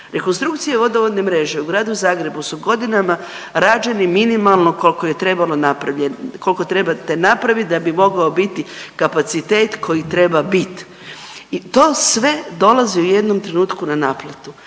Rekonstrukcije vodovodne mreže u gradu Zagrebu su godinama rađeni minimalno koliko je trebalo .../nerazumljivo/... koliko trebate napraviti da bi mogao biti kapacitet koji treba bit i to sve dolazi u jednom trenutku na naplatu.